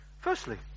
firstly